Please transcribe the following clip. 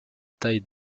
taille